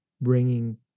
bringing